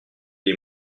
les